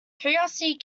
curiosity